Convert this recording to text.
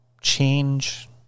change